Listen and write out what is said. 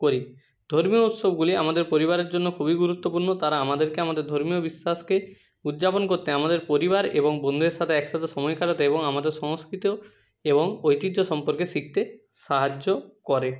করি ধর্মীয় উৎসবগুলি আমাদের পরিবারের জন্য খুবই গুরুত্বপূর্ণ তারা আমাদেরকে আমাদের ধর্মীয় বিশ্বাসকে উদ্যাপন করতে আমাদের পরিবার এবং বন্ধুদের সাথে একসাথে সময় কাটাতে এবং আমাদের সংস্কৃত এবং ঐতিহ্য সম্পর্কে শিখতে সাহায্য করে